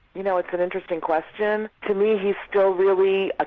you know it's an interesting question to me he's still really